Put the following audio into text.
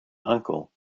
uncle